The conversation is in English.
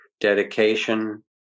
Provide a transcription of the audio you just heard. dedication